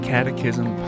Catechism